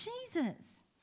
Jesus